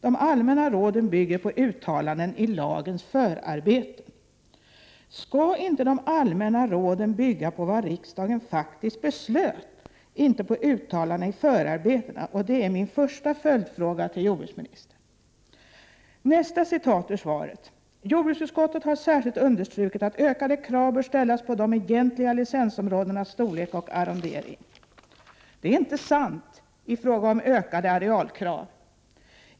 De allmänna råden bygger på uttalanden i lagens förarbeten.” Skall inte de allmänna råden bygga på vad riksdagen faktiskt beslöt, inte på uttalanden i förarbetena? Det är min första följdfråga till jordbruksministern. I svaret heter det vidare: ”Jordbruksutskottet har särskilt understrukit att ökade krav bör ställas på de egentliga licensområdenas storlek och arrondering.” Det är inte sant att jordbruksutskottet har talat för ökade arealkrav.